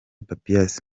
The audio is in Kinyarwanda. papias